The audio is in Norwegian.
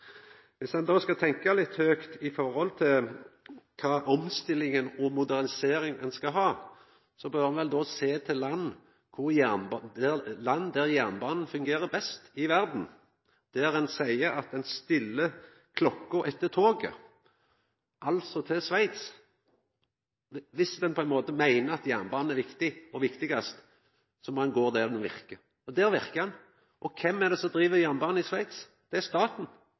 skal tenkja litt høgt når det gjeld kva omstilling og modernisering ein skal ha, bør ein vel sjå til land der jernbanen fungerer best i verden, der ein seier at ein kan stilla klokka etter toget, altså til Sveits. Dersom ein meiner at jernbanen er viktig og viktigast, må ein gå der han verkar – og der verkar han. Kven er det som driv jernbanen i Sveits? Det er staten